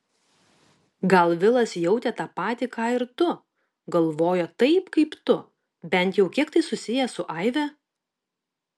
gal vilas jautė tą patį ką ir tu galvojo taip kaip tu bent jau kiek tai susiję su aive